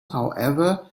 however